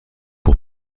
pour